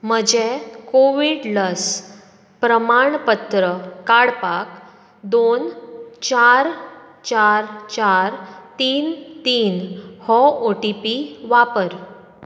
म्हजें काॅवीड लस प्रमाण पत्र काडपाक दोन चार चार चार तीन तीन हो ओ टी पी वापर